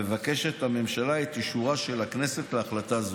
מבקשת הממשלה את אישורה של הכנסת להחלטה זו.